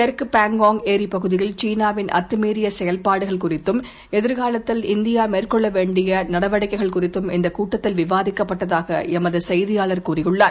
தெற்குபங்காங்ஏரிப்பகுதியில்சீனாவின்அத்துமீறியசெய ல்பாடுகள்குறித்தும் எதிர்காலத்தில்இந்தியாமேற்கொள்ளவேண்டியநடவடிக் கைகள்குறித்தும்இந்தகூட்டத்தில்விவாதிக்கப்பட்டதாகஎ மதுசெய்தியாளர்தெரிவித்துள்ளார்